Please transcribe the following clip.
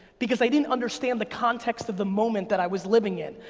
because i didn't understand the context of the moment that i was living in.